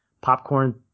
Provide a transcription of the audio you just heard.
popcorn